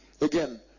again